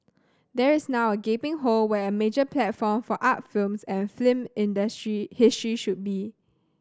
there is now a gaping hole where a major platform for art films and history he should should be